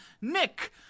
Nick